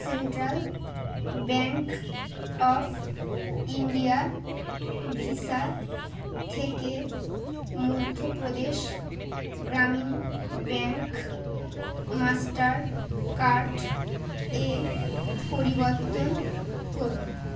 central bank of India visa থেকে Madhya Pradesh Gramin bank master card এ পরিবর্তন করুন